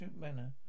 manner